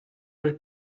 nel